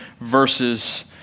verses